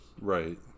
Right